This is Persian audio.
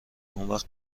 اونوقت